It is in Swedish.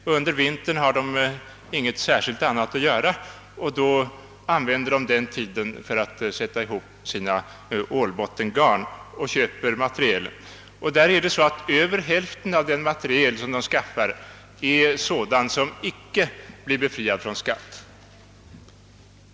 De använder vintern, då de egentligen inte har något annat att göra, för att sätta ihop sina ålbottengarn och köper då materialet till dessa. Över hälften av det material de skaffar är sådant som inte blir befriat från skatt.